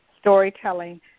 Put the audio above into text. storytelling